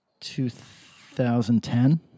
2010